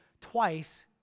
twice